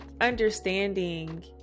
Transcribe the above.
Understanding